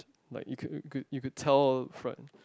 like you could you could you could tell from